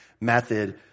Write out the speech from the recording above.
method